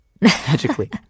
magically